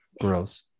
Gross